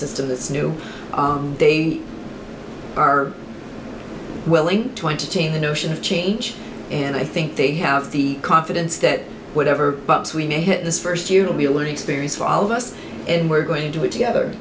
system that's new they are willing twenty team the notion of change and i think they we have the confidence that whatever bumps we may hit this first year will be a learning experience for all of us and we're going to do it together